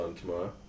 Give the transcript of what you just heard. tomorrow